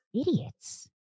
Idiots